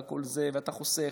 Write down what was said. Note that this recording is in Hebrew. ואתה חוסך,